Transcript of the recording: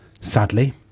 Sadly